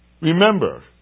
Remember